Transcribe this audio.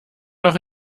noch